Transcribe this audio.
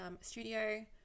studio